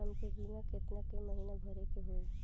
हमके बीमा केतना के महीना भरे के होई?